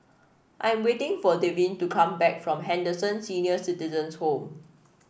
I am waiting for Devyn to come back from Henderson Senior Citizens' Home